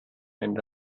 and